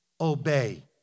obey